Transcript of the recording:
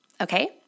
Okay